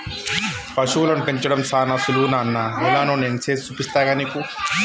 పశువులను పెంచడం సానా సులువు నాన్న ఎలానో నేను సేసి చూపిస్తాగా నీకు